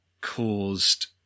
caused